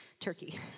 turkey